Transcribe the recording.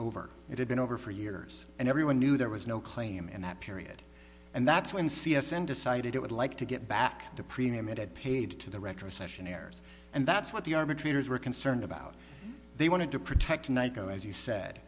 over it had been over for years and everyone knew there was no claim in that period and that's when c s and decided it would like to get back the premium it had paid to the retrocession heirs and that's what the arbitrator's were concerned about they wanted to protect annika as you said